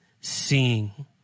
Seeing